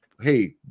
hey